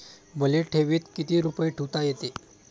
मले ठेवीत किती रुपये ठुता येते?